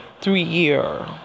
three-year